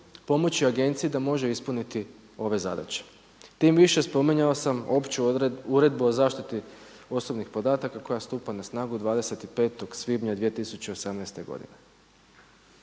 pomoći agenciji da može ispuniti ove zadaće. Tim više spominjao sam Opću uredbu o zaštiti osobnih podataka koja stupa na snagu 25. svibnja 2018. godine.